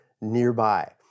nearby